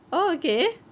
oh okay